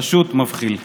פשוט מבחיל.